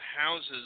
houses